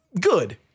good